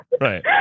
right